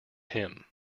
him